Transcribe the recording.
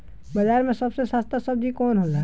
बाजार मे सबसे सस्ता सबजी कौन होला?